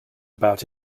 about